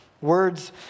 Words